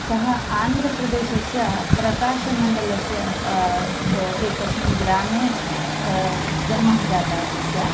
सः आन्ध्रप्रदेशस्य प्रकाशमण्डलस्य एकस्मिन् ग्रामे जन्मः जातः तस्य